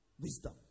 Wisdom